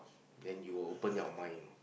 then you will open your mind